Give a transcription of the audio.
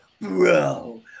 bro